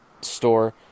store